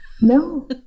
No